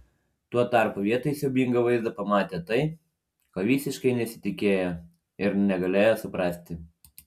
tuo tarpu vietoj siaubingo vaizdo pamatė tai ko visiškai nesitikėjo ir negalėjo suprasti